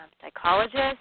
psychologist